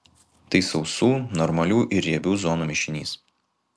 tai sausų normalių ir riebių zonų mišinys